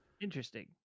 Interesting